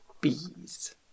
bees